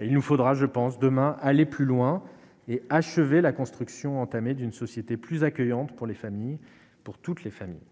Et il nous faudra je pense demain aller plus loin et achevé la construction entamée d'une société plus accueillante pour les familles, pour toutes les familles.